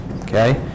okay